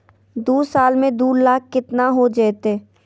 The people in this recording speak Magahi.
दू साल में दू लाख केतना हो जयते?